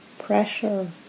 Pressure